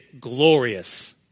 glorious